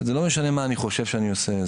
זה לא משנה מה אני חושב שאני עושה.